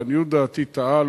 לעניות דעתי טעה.